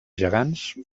gegants